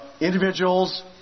individuals